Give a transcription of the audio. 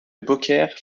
beaucaire